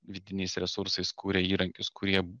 vidiniais resursais kūrė įrankius kurie